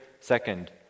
second